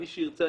מי שירצה,